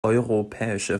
europäische